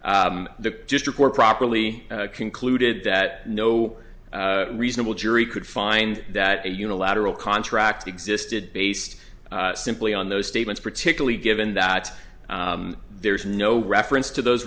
the just report properly concluded that no reasonable jury could find that a unilateral contract existed based simply on those statements particularly given that there is no reference to those